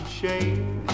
shame